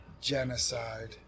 genocide